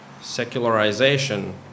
secularization